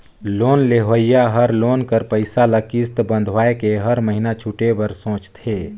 loan लेहोइया हर loan कर पइसा ल किस्त बंधवाए के हर महिना छुटे बर सोंचथे